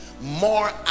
more